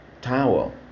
towel